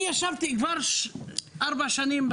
ואני יושב כאן כבר 4 שנים,